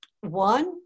One